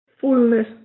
fullness